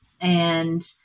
and-